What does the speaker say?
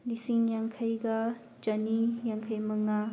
ꯂꯤꯁꯤꯡ ꯌꯥꯡꯈꯩꯒ ꯆꯅꯤ ꯌꯥꯡꯈꯩ ꯃꯉꯥ